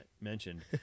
mentioned